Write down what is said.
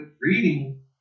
reading